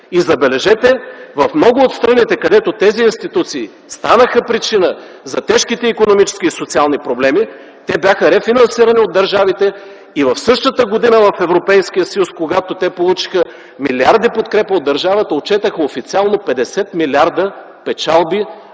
И, забележете, в много от страните, където тези институции станаха причина за тежките икономически и социални проблеми, те бяха рефинансирани от държавите и в същата година в Европейския съюз, когато те получиха милиарди подкрепа от държавата, отчетоха официално 50 милиарда печалби